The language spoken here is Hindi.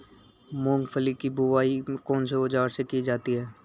मूंगफली की बुआई कौनसे औज़ार से की जाती है?